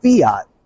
Fiat